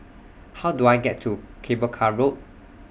How Do I get to Cable Car Road